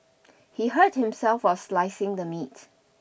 he hurt himself while slicing the meat